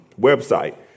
website